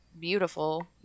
beautiful